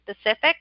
specific